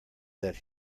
that